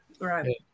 Right